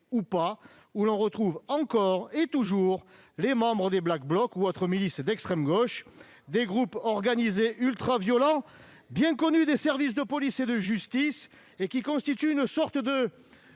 ou pas, où l'on retrouve encore et toujours les membres des Black Blocs ou autres milices d'extrême gauche, groupes organisés ultraviolents, bien connus des services de police et de justice et qui constituent une sorte de